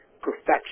perfection